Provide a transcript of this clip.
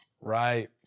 Right